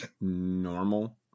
normal